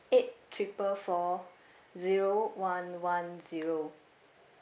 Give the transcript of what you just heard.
eight triple four zero one one zero